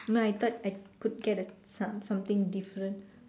no I thought I could get a some~ something different